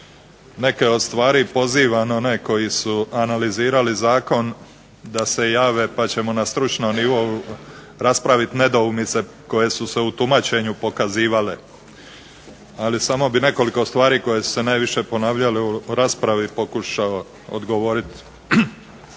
Neke od stvari, pozivam one koji su analizirali zakon da se jave pa ćemo na stručnom nivou raspraviti nedoumice koje su se u tumačenju pokazivale. Ali, samo bih nekoliko stvari koje su se najviše ponavljale u raspravi pokušao odgovoriti.